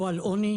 לא על עוני,